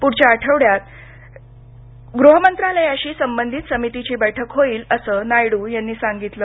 पुढच्या आठवड्यात गृहमंत्रालयाशी संबंधित समितीची बैठक होईल असं नायडू यांनी सांगितलं